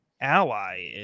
ally